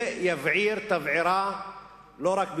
זה יבעיר תבערה לא רק בירושלים,